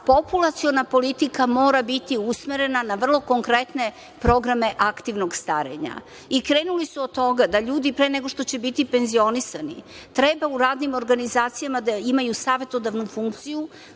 populaciona politika mora biti usmerena na vrlo konkretne programe aktivnog starenja i krenuli su od toga da ljudi pre nego što će biti penzionisani treba u radnim organizacijama da imaju savetodavnu funkciju,